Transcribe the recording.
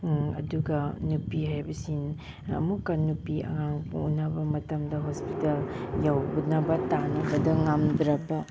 ꯑꯗꯨꯒ ꯅꯨꯄꯤ ꯍꯥꯏꯕꯁꯤ ꯑꯃꯨꯛꯀ ꯅꯨꯄꯤ ꯑꯉꯥꯡ ꯄꯣꯛꯅꯕ ꯃꯇꯝꯗ ꯍꯣꯁꯄꯤꯇꯦꯜ ꯌꯧꯅꯕ ꯇꯥꯟꯅꯕꯗ ꯉꯝꯗ꯭ꯔꯕ